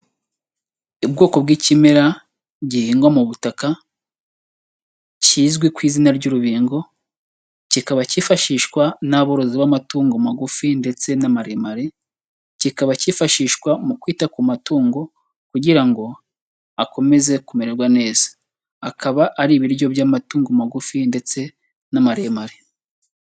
Ubwoko bw'ikimera gihingwa mu butaka kizwi ku izina ry'urubingo, kikaba cyifashishwa n'aborozi b'amatungo magufi ndetse n'amaremare, kikaba kifashishwa mu kwita ku matungo kugira ngo akomeze kumererwa neza, akaba ari ibiryo by'amatungo magufi ndetse n'amaremare.